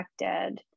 affected